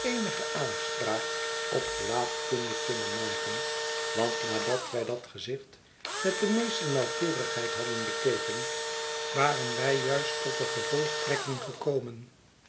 eenige aanspraak op gelaatkunde kunnen maken want nadat wij dat gezicht met de meeste nauwkeurigheid hadden bekeken waren wij juist tot de gevolgtrekking gekomen